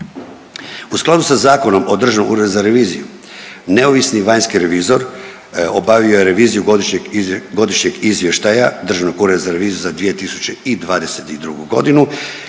U skladu sa Zakonom o Državnom uredu za reviziju neovisni vanjski revizor obavio je reviziju godišnjeg, godišnjeg izvještaja Državnog ureda za reviziju za 2022.g.